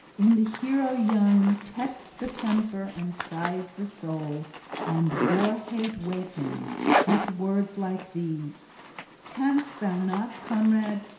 in the hero young tests the temper and tries the soul and war-hate wakens with words like these canst thou not, comrade,